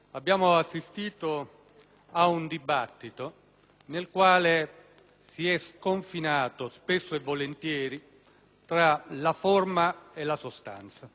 si è sconfinato spesso e volentieri tra la forma e la sostanza. Abbiamo iniziato con un problema regolamentare;